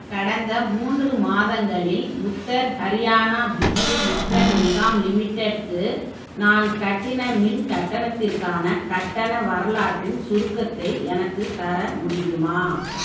கடந்த மூன்று மாதங்களில் உத்தர் ஹரியானா பிஜ்ஜிலி விட்ரன் நிகாம் லிமிடெட்க்கு நான் கட்டின மின் கட்டணத்திற்கான கட்டண வரலாற்றின் சுருக்கத்தை எனக்குத் தர முடியுமா